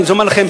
אני אומר לכם,